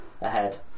ahead